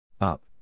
Up